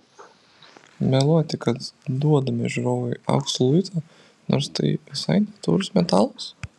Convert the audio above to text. meluoti kad duodame žiūrovui aukso luitą nors tai visai ne taurus metalas